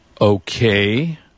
Okay